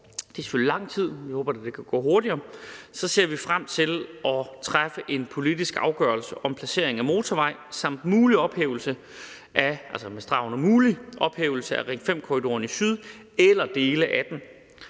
det er selvfølgelig lang tid, men vi håber, at det kan gå hurtigere – ser vi frem til at træffe en politisk afgørelse om placering af motorvej samt en mulig ophævelse, med streg under mulig, af Ring